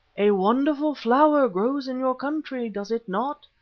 a wonderful flower grows in your country, does it not?